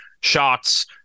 shots